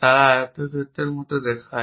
তারা আয়তক্ষেত্রের মত দেখায়